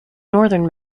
northern